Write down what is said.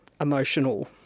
emotional